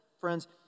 friends